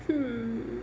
hmm